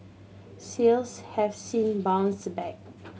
sales have since bounced back